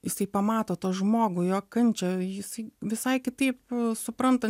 jisai pamato tą žmogų jo kančią jisai visai kitaip supranta